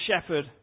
shepherd